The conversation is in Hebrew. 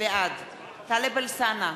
בעד טלב אלסאנע,